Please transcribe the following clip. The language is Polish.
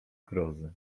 grozy